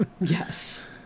Yes